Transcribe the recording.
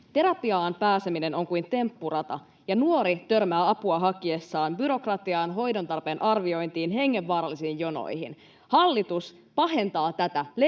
Terapiaan pääseminen on kuin temppurata, ja nuori törmää apua hakiessaan byrokratiaan, hoidon tarpeen arviointiin ja hengenvaarallisiin jonoihin. Hallitus pahentaa tätä